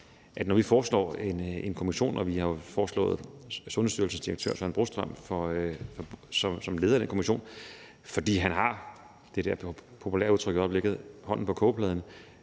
og om vi så skal vente. Vi har jo foreslået Sundhedsstyrelsens direktør, Søren Brostrøm, som leder af den kommission, fordi han har – sagt med det der populære udtryk for øjeblikket – hånden på kogepladen